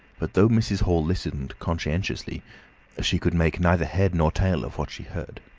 but though mrs. hall listened conscientiously she could make neither head nor tail of what she heard.